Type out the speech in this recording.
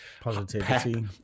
Positivity